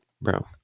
bro